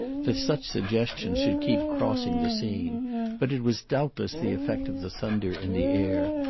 that such suggestions should keep crossing the scene but it was doubtless the effect of the thunder in the air,